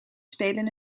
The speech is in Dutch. spelen